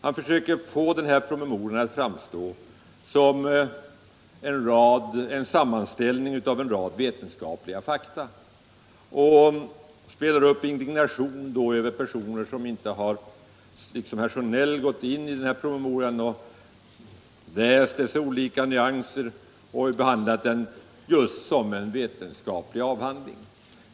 Han försöker få denna promemoria att framstå såsom en sammanställning av en rad vetenskapliga fakta och spelar upp indignation över de personer som liksom jag inte har observerat promemorians olika nyanser och inte har behandlat den just såsom en vetenskaplig avhandling.